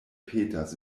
petas